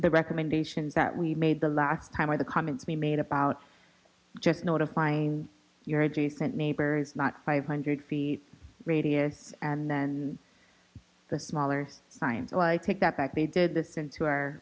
the recommendations that we made the last time with the comments we made about just notifying your adjacent neighbors not five hundred feet radius and then the smaller sign so i take that back they did this into our